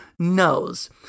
knows